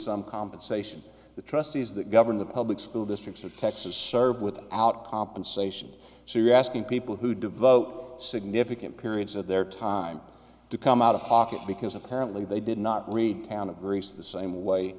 some compensation the trustees that govern the public school districts of texas serve with out compensation so you are asking people who devote significant periods of their time to come out of pocket because apparently they did not read town of greece the same way